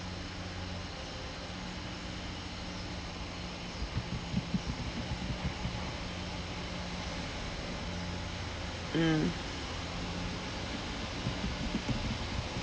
mm